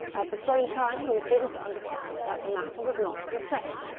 at the same time he was given to understand that the matter was not to be pressed,